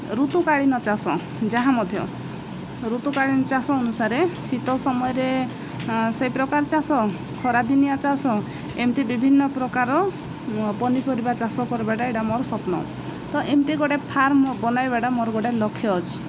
ଋତୁକାଳୀନ ଚାଷ ଯାହା ମଧ୍ୟ ଋତୁକାଳୀନ ଚାଷ ଅନୁସାରେ ଶୀତ ସମୟରେ ସେଇପ୍ରକାର ଚାଷ ଖରାଦିନିଆ ଚାଷ ଏମିତି ବିଭିନ୍ନ ପ୍ରକାର ପନିପରିବା ଚାଷ କରିବାବାଟା ଏଇଟା ମୋର ସ୍ୱପ୍ନ ତ ଏମିତି ଗୋଟେ ଫାର୍ମ ବନାଇବାଟା ମୋର ଗୋଟେ ଲକ୍ଷ୍ୟ ଅଛି